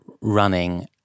running